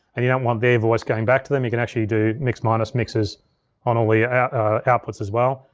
and you don't want their voice going back to them, you can actually do mix minus mixers on all the outputs as well.